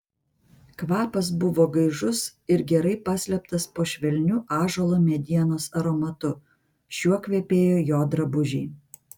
kvapas buvo gaižus ir gerai paslėptas po švelniu ąžuolo medienos aromatu šiuo kvepėjo jo drabužiai